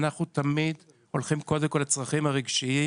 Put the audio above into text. אנחנו תמיד הולכים קודם כל לצרכים הרגשיים